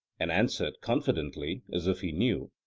and answered confidently as if he knew,